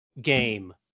game